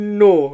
no